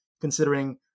considering